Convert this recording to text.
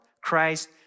Christ